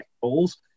goals